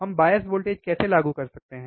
हम bias voltage कैसे लागू करते हैं